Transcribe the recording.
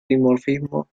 dimorfismo